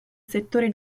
settore